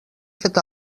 fet